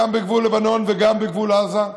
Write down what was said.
גם בגבול לבנון וגם בגבול עזה.